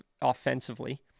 offensively